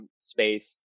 space